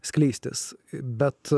skleistis bet